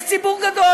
יש ציבור גדול.